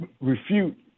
refute